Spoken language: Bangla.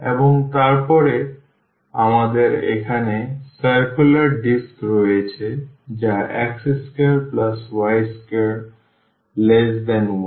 এবং তারপরে আমাদের এখানে circular disc রয়েছে যা x2y21